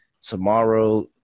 Tomorrow